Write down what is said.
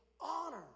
honor